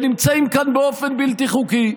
שנמצאים כאן באופן בלתי חוקי.